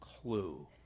clue